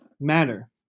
matter